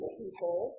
people